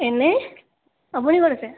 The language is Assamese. এনেই আপুনি ক'ত আছে